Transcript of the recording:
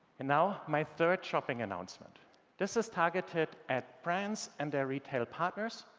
and now my third shopping announcement this is targeted at brands and their retail partners,